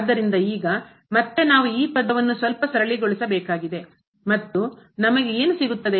ಆದ್ದರಿಂದ ಈಗ ಮತ್ತೆ ನಾವು ಈ ಪದವನ್ನು ಸ್ವಲ್ಪ ಸರಳಗೊಳಿಸಬೇಕಾಗಿದೆ ಮತ್ತು ನಮಗೆ ಏನು ಸಿಗುತ್ತದೆ